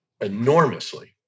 enormously